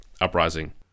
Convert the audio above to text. Uprising